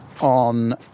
on